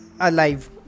alive